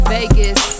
Vegas